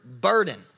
burden